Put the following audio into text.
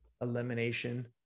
elimination